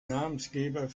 namensgeber